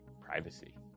privacy